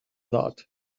that